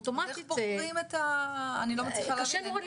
הייתי שמחה לשים את זה לפניכם, ולבקש את תשומת